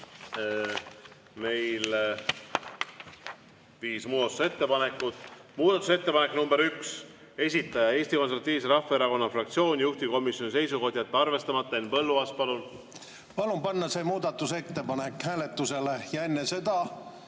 kokku viis muudatusettepanekut. Muudatusettepanek nr 1, esitaja Eesti Konservatiivse Rahvaerakonna fraktsioon, juhtivkomisjoni seisukoht on jätta see arvestamata. Henn Põlluaas, palun! Palun panna see muudatusettepanek hääletusele ja enne seda